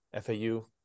fau